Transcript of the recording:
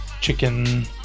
chicken